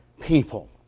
people